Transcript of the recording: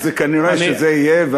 כנראה שזה יהיה.